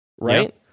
Right